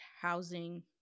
housing